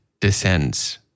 descends